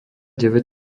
deväť